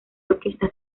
orquesta